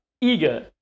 eager